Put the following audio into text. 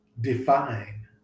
define